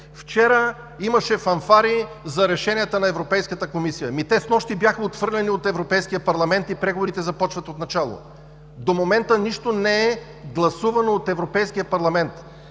Вчера имаше фанфари за решенията на Европейската комисия, снощи те бяха отхвърлени от Европейския парламент и преговорите започват отначало. До момента нищо не е гласувано от Европейския парламент,